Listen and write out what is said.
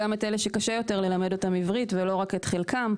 גם את אלה שקשה יותר ללמד אותם עברית ולא רק את חלקם.